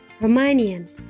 Romanian